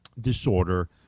disorder